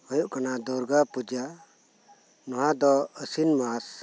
ᱦᱩᱭᱩᱜ ᱠᱟᱱᱟ ᱫᱩᱨᱜᱟ ᱯᱩᱡᱟ ᱱᱚᱣᱟ ᱫᱚ ᱟᱹᱥᱤᱱ ᱢᱟᱥ